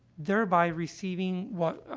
thereby receiving what, ah,